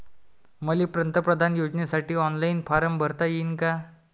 मले पंतप्रधान योजनेसाठी ऑनलाईन फारम भरता येईन का?